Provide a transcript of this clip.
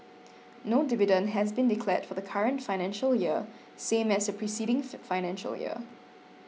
no dividend has been declared for the current financial year same as the preceding financial year